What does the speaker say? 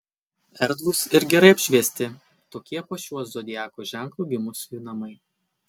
erdvūs ir gerai apšviesti tokie po šiuo zodiako ženklu gimusiųjų namai